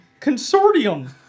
consortium